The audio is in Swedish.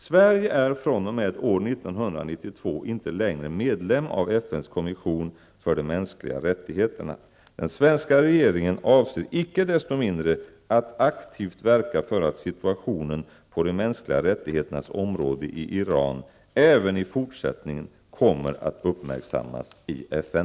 Sverige är fr.o.m. år 1992 inte längre medlem av Den svenska regeringen avser icke desto mindre att aktivt verka för att situationen på de mänskliga rättigheternas område i Iran även i fortsättningen komer att uppmärksammas i FN.